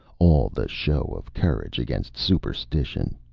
all the show of courage against superstition,